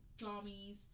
jammies